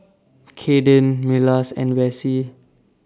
Kadyn Milas and Vassie